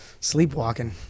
Sleepwalking